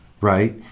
Right